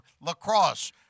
Lacrosse